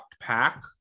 pack